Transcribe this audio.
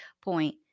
point